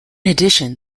addition